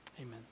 amen